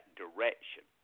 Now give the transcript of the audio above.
direction